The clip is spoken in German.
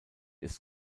ist